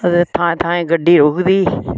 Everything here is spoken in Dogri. ते थांए थांए गड्डी रुकदी